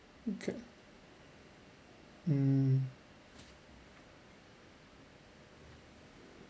okay mm